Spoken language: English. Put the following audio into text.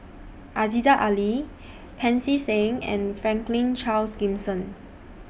Aziza Ali Pancy Seng and Franklin Charles Gimson